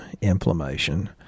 inflammation